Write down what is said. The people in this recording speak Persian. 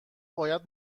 باید